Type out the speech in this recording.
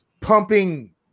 pumping